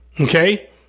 okay